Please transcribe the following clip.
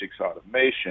automation